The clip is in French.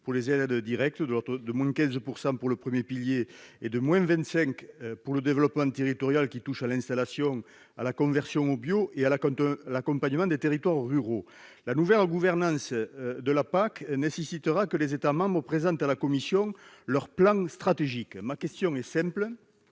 pour les aides directes : de l'ordre de 15 % pour le premier pilier et de 25 % pour le développement territorial, qui comprend les aides à l'installation, à la conversion au bio et l'accompagnement des territoires ruraux. Par ailleurs, la nouvelle gouvernance de la PAC nécessitera que les États membres présentent à la Commission leur plan stratégique. Ma question est simple,